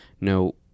no